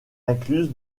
incluse